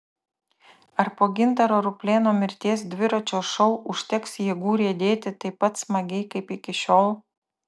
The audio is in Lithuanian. ar po gintaro ruplėno mirties dviračio šou užteks jėgų riedėti taip pat smagiai kaip iki šiol